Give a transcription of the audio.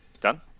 Done